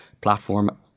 platform